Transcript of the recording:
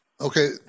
Okay